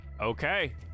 Okay